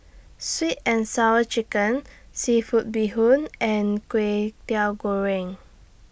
Sweet and Sour Chicken Seafood Bee Hoon and Kway Teow Goreng